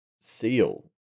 seal